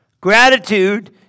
Gratitude